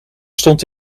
stond